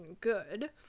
good